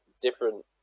different